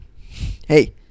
Hey